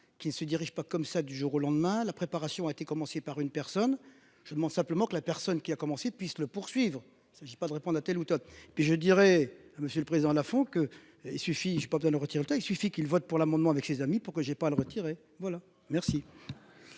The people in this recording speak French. qui se dirige pas comme ça du jour au lendemain. La préparation a été commencé par une personne je demande simplement que la personne qui a commencé. Puisse le poursuivre s'agit pas de répondre à telle ou telle puis je dirais. Monsieur le Président la font que il suffit je j'ai pas besoin de retirer le il suffit qu'ils votent pour l'amendement avec ses amis pour que j'ai pas le retirer. Voilà, merci.